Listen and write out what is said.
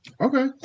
Okay